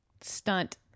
stunt